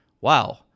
wow